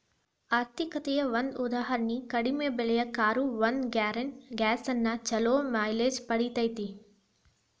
ಆರ್ಥಿಕತೆಯ ಒಂದ ಉದಾಹರಣಿ ಕಡಿಮೆ ಬೆಲೆಯ ಕಾರು ಒಂದು ಗ್ಯಾಲನ್ ಗ್ಯಾಸ್ನ್ಯಾಗ್ ಛಲೋ ಮೈಲೇಜ್ ಪಡಿತೇತಿ